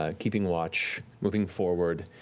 ah keeping watch, moving forward,